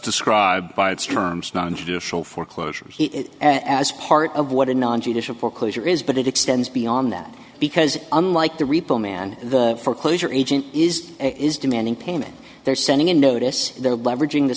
its terms nontraditional foreclosures as part of what a non judicial foreclosure is but it extends beyond that because unlike the repo man the foreclosure agent is is demanding payment they're sending in notice they're leveraging the